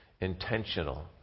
intentional